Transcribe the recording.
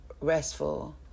restful